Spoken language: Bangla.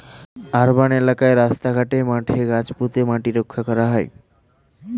আর্বান এলাকায় রাস্তা ঘাটে, মাঠে গাছ পুঁতে মাটি রক্ষা করা হয়